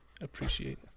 appreciate